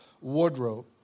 Wardrobe